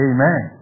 Amen